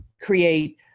create